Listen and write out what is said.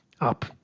up